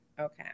Okay